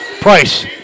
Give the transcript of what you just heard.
Price